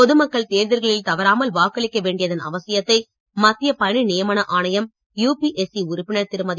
பொதுமக்கள் தேர்தல்களில் தவறாமல் வாக்களிக்க வேண்டியதன் அவசியத்தை மத்திய பணி நியமன ஆணைய யுபிஎஸ்இ உறுப்பினர் திருமதி